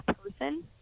person